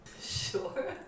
Sure